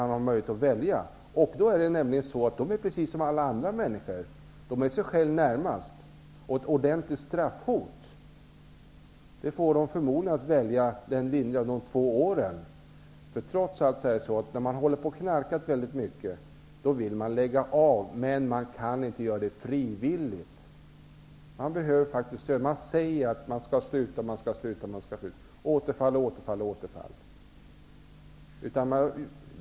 Narkomaner är precis som alla andra människor -- de är sig själv närmast. Ett ordentligt straffhot får dem förmodligen att välja de lindrigare två åren. Trots allt är det nämligen så, att när man har knarkat väldigt mycket vill man sluta, men man kan inte göra det frivilligt utan stöd. Man säger att man skall sluta, men det blir återfall på återfall.